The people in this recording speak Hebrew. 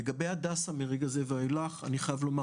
לגבי הדסה מרגע זה ואילך: אני חייב לומר